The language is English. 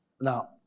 Now